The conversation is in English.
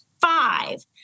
five